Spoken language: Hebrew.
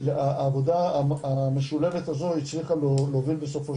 העבודה המשולבת הזו הצליחה להוביל בסופו